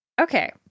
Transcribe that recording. Okay